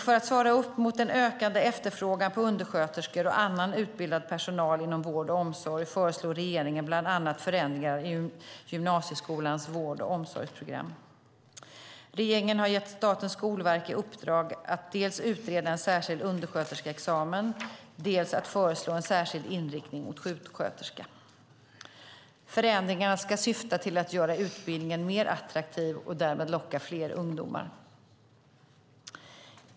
För att svara upp mot den ökade efterfrågan på undersköterskor och annan utbildad personal inom vård och omsorg föreslår regeringen bland annat förändringar i gymnasieskolans vård och omsorgsprogram. Regeringen har gett Statens skolverk i uppdrag att dels utreda en särskild undersköterskeexamen, dels föreslå en särskild inriktning mot sjuksköterska. Förändringarna ska syfta till att göra utbildningen mer attraktiv och därmed locka fler ungdomar.